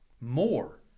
more